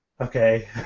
okay